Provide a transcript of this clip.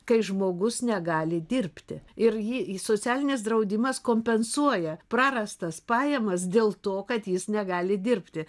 kai žmogus negali dirbti ir jį socialinis draudimas kompensuoja prarastas pajamas dėl to kad jis negali dirbti